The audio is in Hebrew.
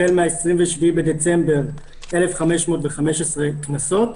החל מ-27 בדצמבר 1,515 קנסות.